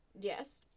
Yes